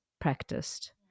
practiced